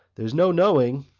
there's no knowing,